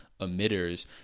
emitters